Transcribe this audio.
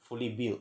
fully build